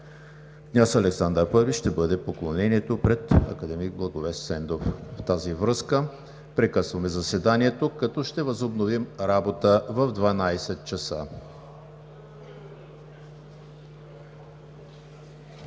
„Княз Александър I“ ще бъде поклонението пред академик Благовест Сендов. В тази връзка прекъсваме заседанието, като ще възобновим работа в 12,00 ч.